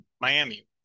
Miami